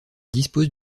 dispose